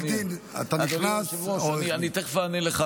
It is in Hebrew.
לא built in אתה נכנס, עורך דין.